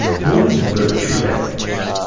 what is virtue ethics?